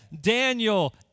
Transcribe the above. Daniel